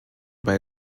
bei